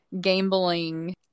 gambling